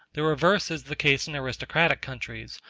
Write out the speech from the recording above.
the reverse is the case in aristocratic countries,